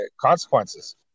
consequences